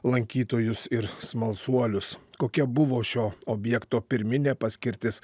lankytojus ir smalsuolius kokia buvo šio objekto pirminė paskirtis